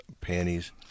panties